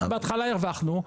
בהתחלה הרווחנו,